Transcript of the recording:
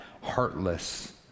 heartless